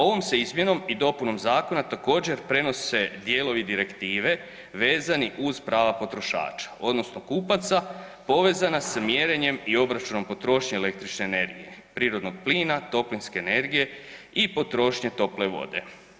Ovom se izmjenom i dopunom zakona također prenose dijelovi direktive vezani uz prava potrošača odnosno kupaca povezana s mjerenjem i obračunom potrošnje električne energije, prirodnog plina, toplinske energije i potrošnje tople vode.